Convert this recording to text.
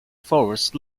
forest